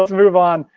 move on,